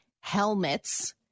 helmets